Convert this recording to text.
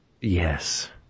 Yes